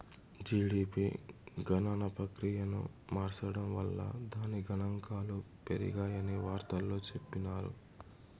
GDP గణన ప్రక్రియను మార్సడం వల్ల దాని గనాంకాలు పెరిగాయని వార్తల్లో చెప్పిన్నారు